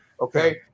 Okay